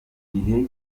gihe